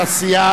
התעשייה